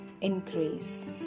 increase